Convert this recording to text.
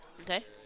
Okay